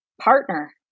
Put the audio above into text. partner